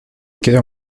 quiero